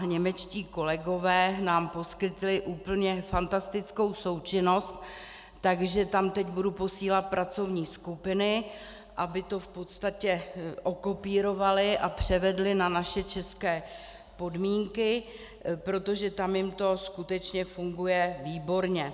Němečtí kolegové nám poskytli úplně fantastickou součinnost, takže tam teď budu posílat pracovní skupiny, aby to v podstatě okopírovaly a převedly na naše české podmínky, protože tam jim to skutečně funguje výborně.